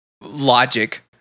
logic